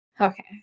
Okay